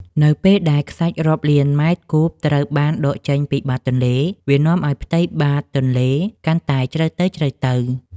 នៅពេលដែលខ្សាច់រាប់លានម៉ែត្រគូបត្រូវបានដកចេញពីបាតទន្លេ វានាំឱ្យផ្ទៃបាតទន្លេកាន់តែជ្រៅទៅៗ